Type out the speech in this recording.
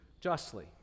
justly